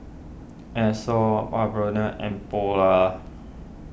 Asos Bioderma and Polar